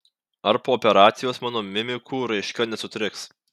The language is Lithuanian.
ar po operacijos mano mimikų raiška nesutriks